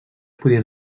podien